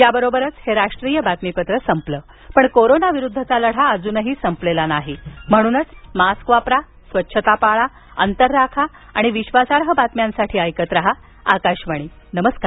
याबरोबरच हे राष्ट्रीय बातमीपत्र संपलं पण कोरोना विरुद्धचा लढा अजून संपलेला नाही म्हणूनच मास्क वापरा स्वच्छता पाळा अंतर राखा आणि विश्वासार्ह बातम्यांसाठी ऐकत रहा आकाशवाणी नमस्कार